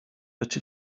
but